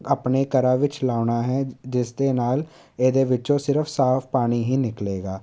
ਆਪਣੇ ਘਰਾਂ ਵਿੱਚ ਲਾਉਣਾ ਹੈ ਜਿਸ ਦੇ ਨਾਲ ਇਹਦੇ ਵਿੱਚੋਂ ਸਿਰਫ ਸਾਫ ਪਾਣੀ ਹੀ ਨਿਕਲੇਗਾ